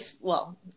well-